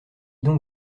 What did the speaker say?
donc